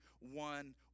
one